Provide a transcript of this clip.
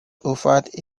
offered